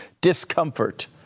discomfort